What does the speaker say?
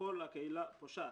שכל הקהילה פושעת.